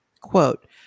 quote